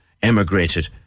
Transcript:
emigrated